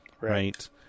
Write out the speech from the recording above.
right